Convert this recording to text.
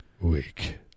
week